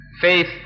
Faith